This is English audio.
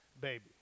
baby